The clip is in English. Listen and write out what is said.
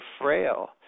frail